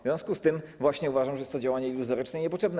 W związku z tym właśnie uważam, że jest to działanie iluzoryczne i niepotrzebne.